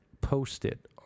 post-it